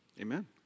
Amen